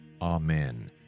Amen